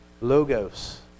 Logos